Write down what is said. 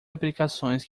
aplicações